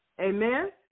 Amen